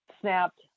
snapped